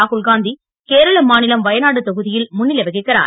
ராகுல்காந்திகேரளமாநிலம்வயநாடுதொகுதியில்முன்னிலைவகிக்கிறார்